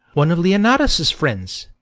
one of leonatus' friends.